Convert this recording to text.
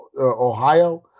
Ohio